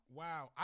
wow